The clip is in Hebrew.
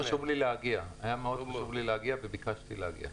היה מאוד חשוב לי להגיע וביקשתי להגיע.